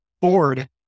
board